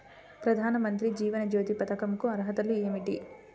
ప్రధాన మంత్రి జీవన జ్యోతి పథకంకు అర్హతలు ఏమిటి?